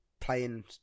playing